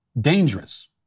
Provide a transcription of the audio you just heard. dangerous